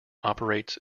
operates